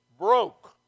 broke